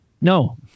No